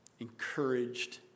encouraged